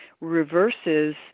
reverses